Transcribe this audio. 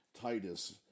Titus